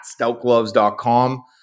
stoutgloves.com